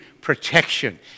protection